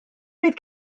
bydd